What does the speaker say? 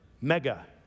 mega